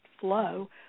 flow